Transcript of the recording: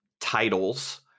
titles